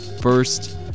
First